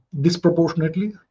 disproportionately